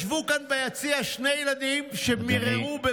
ישבו כאן ביציע שני ילדים שמיררו בבכי.